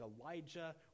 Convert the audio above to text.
Elijah